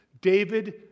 David